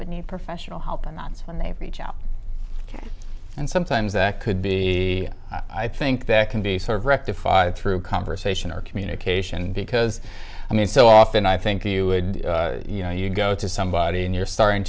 would need perfect help and that's when they reach out and sometimes that could be i think there can be sort of rectified through conversation or communication because i mean so often i think you would you know you go to somebody and you're starting